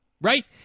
right